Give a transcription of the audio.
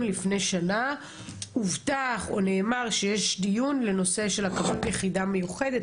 לפני שנה הובטח או נאמר שיש דיון לנושא של הקמת יחידה מיוחדת,